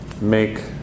make